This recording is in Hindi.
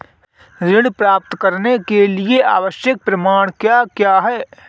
ऋण प्राप्त करने के लिए आवश्यक प्रमाण क्या क्या हैं?